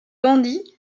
bandits